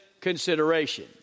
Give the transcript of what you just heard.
consideration